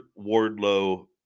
Wardlow